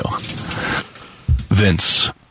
Vince